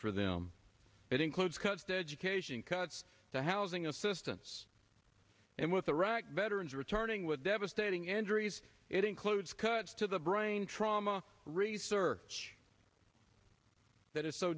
for them it includes cuts to education cuts to housing assistance and with iraq veterans returning with devastating injuries it includes cuts to the brain trauma research that is so